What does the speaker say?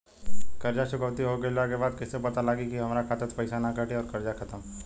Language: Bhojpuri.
कर्जा चुकौती हो गइला के बाद कइसे पता लागी की अब हमरा खाता से पईसा ना कटी और कर्जा खत्म?